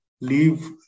leave